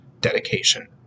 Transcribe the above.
dedication